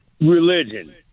religion